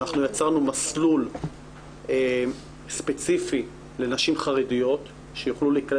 אנחנו יצרנו מסלול ספציפי לנשים חרדיות שיוכלו להיקלט